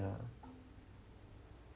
ya